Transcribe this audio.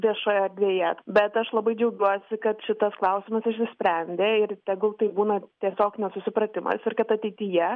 viešoje erdvėje bet aš labai džiaugiuosi kad šitas klausimas išsisprendė ir tegul tai būna tiesiog nesusipratimas ir kad ateityje